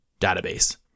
database